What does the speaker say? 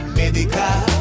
medical